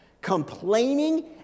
complaining